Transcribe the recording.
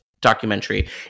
documentary